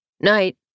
night